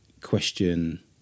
question